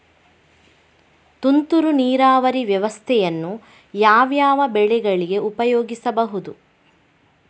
ತುಂತುರು ನೀರಾವರಿ ವ್ಯವಸ್ಥೆಯನ್ನು ಯಾವ್ಯಾವ ಬೆಳೆಗಳಿಗೆ ಉಪಯೋಗಿಸಬಹುದು?